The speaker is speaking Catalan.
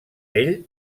ell